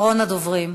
אחרון הדוברים.